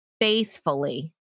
faithfully